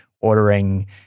ordering